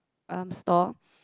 um store